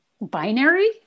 binary